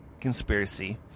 conspiracy